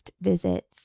visits